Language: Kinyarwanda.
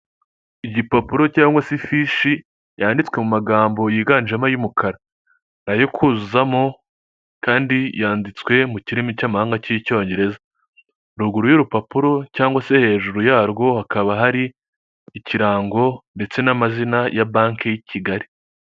Igipapuro cyangwa se ifishi, yanditswe mu magambo yiganjemo ay'umukara, ayo kuzuzamo, kandi yanditswe mu kirimi cyamahanga k'icyongereza, ruguru y'urupapuro cyangwa se hejuru yarwo hakaba hari ikirango ndetse n'amazina ya banki y'i Kigali.